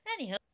Anyhow